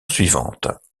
suivante